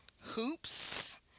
hoops